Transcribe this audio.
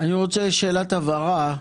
אני רוצה שאלת הבהרה.